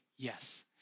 Yes